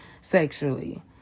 sexually